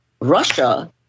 Russia